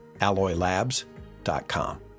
AlloyLabs.com